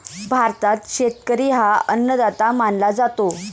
भारतात शेतकरी हा अन्नदाता मानला जातो